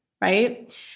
right